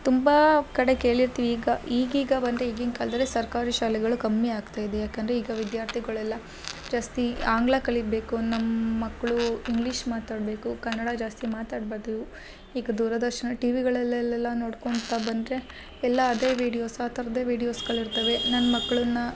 ತುಂಬ ಕಡೆ ಕೇಳಿರ್ತೀವಿ ಈಗ ಈಗೀಗ ಬಂದರೆ ಈಗಿನ ಕಾಲದಲ್ಲಿ ಸರ್ಕಾರಿ ಶಾಲೆಗಳು ಕಮ್ಮಿ ಆಗ್ತಾ ಇದೆ ಯಾಕೆಂದರೆ ಈಗ ವಿದ್ಯಾರ್ಥಿಗಳೆಲ್ಲ ಜಾಸ್ತಿ ಆಂಗ್ಲ ಕಲಿಬೇಕು ನಮ್ಮ ಮಕ್ಕಳು ಇಂಗ್ಲೀಷ್ ಮಾತಾಡಬೇಕು ಕನ್ನಡ ಜಾಸ್ತಿ ಮಾತಾಡ್ಬಾರದು ಈಗ ದೂರದರ್ಶನ ಟಿವಿಗಳಲ್ಲೆಲ್ಲ ನೋಡ್ಕೊಳ್ತಾ ಬಂದರೆ ಎಲ್ಲ ಅದೇ ವೀಡಿಯೋಸ್ ಆ ಥರದ್ದೆ ವೀಡಿಯೋಸ್ಗಳು ಇರ್ತವೆ ನನ್ನ ಮಕ್ಕಳನ್ನ